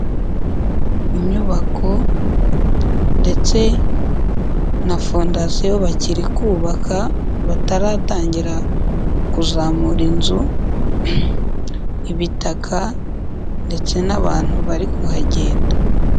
Inyubako ndetse na fondasiyo bakiri kubaka bataratangira kuzamura inzu ibitaka ndetse n'abantu bari kuhagenda.